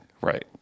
Right